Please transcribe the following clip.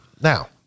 Now